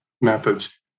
methods